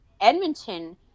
Edmonton